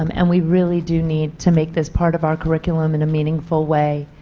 um and we really do need to make this part of our curriculum in a meaningful way.